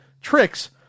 tricks